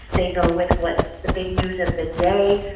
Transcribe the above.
they go with what's the big news of the day,